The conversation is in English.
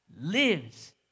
lives